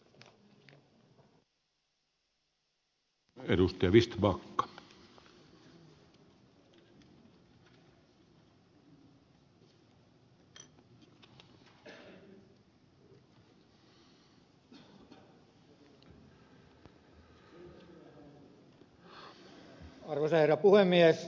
arvoisa herra puhemies